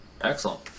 Excellent